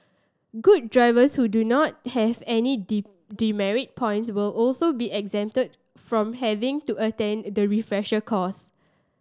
good drivers who do not have any demerit points will also be exempted from having to attend the refresher course